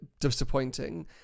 disappointing